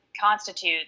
constitute